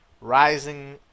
rising